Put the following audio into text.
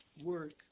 work